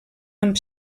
amb